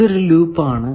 ഇതൊരു ലൂപ്പ് ആണ്